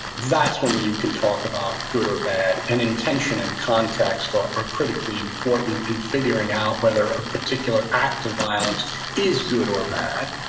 that's when when you can talk about good or bad, and intention and context are critically important in figuring out whether a particular act of violence is good or bad.